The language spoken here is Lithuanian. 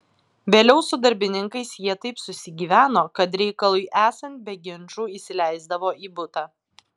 vėliau su darbininkais jie taip susigyveno kad reikalui esant be ginčų įsileisdavo į butą